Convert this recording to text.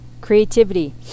creativity